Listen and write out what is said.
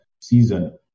season